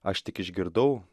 aš tik išgirdau